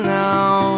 now